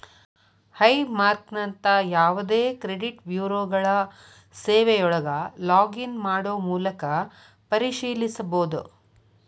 high ಮಾರ್ಕ್ನಂತ ಯಾವದೇ credit ಬ್ಯೂರೋಗಳ ಸೇವೆಯೊಳಗ ಲಾಗ್ ಇನ್ ಮಾಡೊ ಮೂಲಕ ಪರಿಶೇಲಿಸಬೋದ